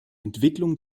entwicklung